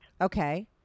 Okay